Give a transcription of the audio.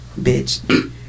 Bitch